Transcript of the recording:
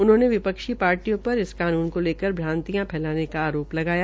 उन्होंने विपक्षी पार्टियों पर इस कानून को लेकर भ्रांतियां फैलाने का आरोप लगाया